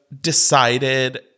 decided